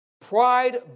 Pride